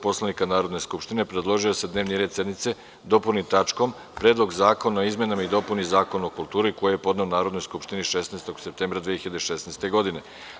Poslovnika Narodne skupštine, predložio je da se dnevni red sednice dopuni tačkom - Predlog zakona o izmenama i dopunama Zakona o kulturi, koji je podneo Narodnoj skupštini 16. septembra 2016. godine.